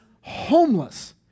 homeless